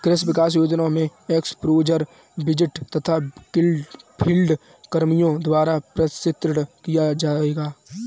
कृषि विकास योजना में एक्स्पोज़र विजिट तथा फील्ड कर्मियों द्वारा प्रशिक्षण किया जाएगा